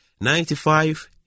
Ninety-five